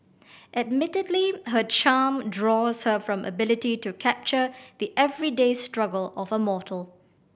admittedly her charm draws her from ability to capture the everyday struggle of a mortal